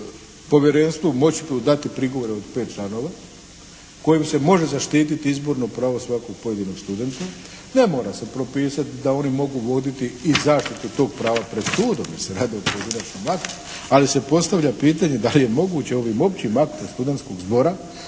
povjerenstvu moći dati prigovor od pet članova kojim se može zaštititi izborno pravo svakog pojedinog studenta. Ne mora se propisati da oni mogu voditi i zaštitu tog prava pred sudom jer se radi o pojedinačnom aktu. Ali se postavlja pitanje da li je moguće ovim općim aktom studentskog zbora